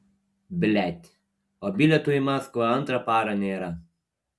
blet o bilietų į maskvą antrą parą nėra